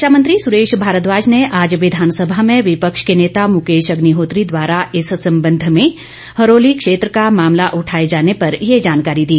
शिक्षा मंत्री सुरेश भारद्वाज ने आज विधानसभा में विपक्ष के नेता मुकेश अग्निहोत्री द्वारा इस संबंध में हरोली क्षेत्र का मामला उठाये जाने पर ये जानकारी दी